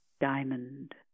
diamond